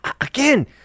again